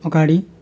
अगाडि